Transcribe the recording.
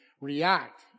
react